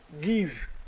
give